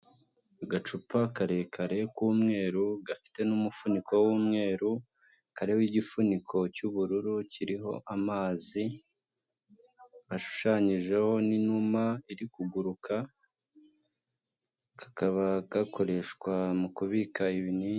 Agacupa karekare k'umweru gafite n'umufuniko w'umweru kariho igifuniko cy'ubururu kiriho amazi, hashushanyijeho n'inuma iri kuguruka. Kakaba gakoreshwa mu kubika ibinini.